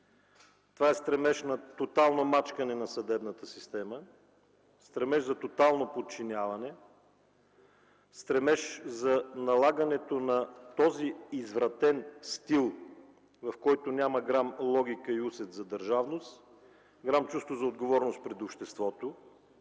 Това е стремеж на тотално мачкане на съдебната система, стремеж за тотално подчиняване, стремеж за налагането на този извратен стил, в който няма грам логика и усет за държавност, грам чувство за отговорност пред обществото,